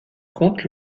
compte